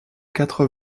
quatre